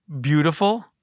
beautiful